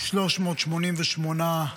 388 אנשים,